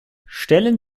stellen